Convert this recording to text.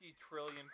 trillion